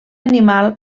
animal